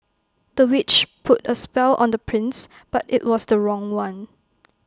the witch put A spell on the prince but IT was the wrong one